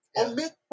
Omit